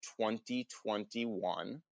2021